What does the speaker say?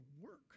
work